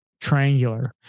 triangular